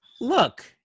Look